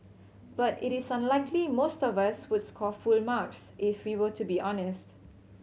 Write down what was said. but it is unlikely most of us would score full marks if we were to be honest